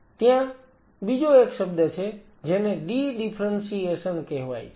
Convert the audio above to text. ત્યાં બીજો એક શબ્દ છે જેને ડી ડિફરન્સિએશન કહેવાય છે